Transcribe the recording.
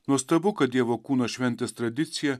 nuostabu kad dievo kūno šventės tradicija